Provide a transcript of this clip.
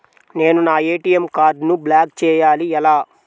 నేను నా ఏ.టీ.ఎం కార్డ్ను బ్లాక్ చేయాలి ఎలా?